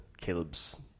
Caleb's